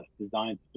designed